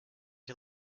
can